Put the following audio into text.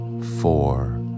four